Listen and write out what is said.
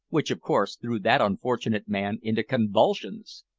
which of course threw that unfortunate man into convulsions.